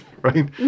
right